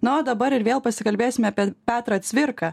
na o dabar ir vėl pasikalbėsime apie petrą cvirką